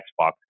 Xbox